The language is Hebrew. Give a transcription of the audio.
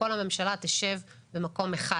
כל הממשלה תשב במקום אחד,